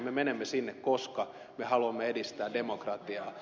me menemme sinne koska me haluamme edistää demokratiaa